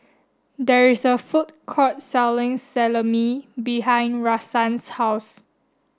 there is a food court selling Salami behind Rahsaan's house